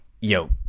Yo